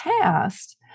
past